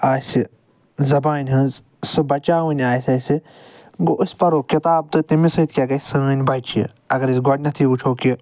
آسہِ زبانہِ ہنٛز سُہ بچاوٕنۍ آسہِ گوٚو أسۍ پرو کتاب تہِ تمہِ سۭتۍ کیٚاہ گژھِ سٲنۍ بچہِٕ اگر أسۍ گۄڈنٮ۪ٹھے وٕچھو کہِ